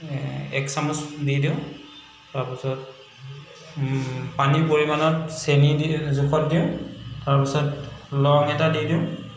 এক চামুচ দি দিওঁ তাৰ পিছত পানীৰ পৰিমাণত চেনী দি জোখত দিওঁ তাৰ পিছত লং এটা দি দিওঁ